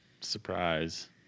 surprise